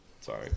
Sorry